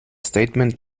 statement